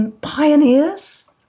pioneers